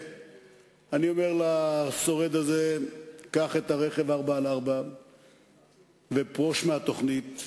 ואני אומר לשורד הזה: קח את הרכב ארבע על ארבע ופרוש מהתוכנית,